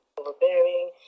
overbearing